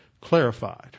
clarified